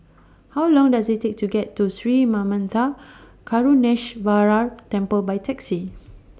How Long Does IT Take to get to Sri Manmatha Karuneshvarar Temple By Taxi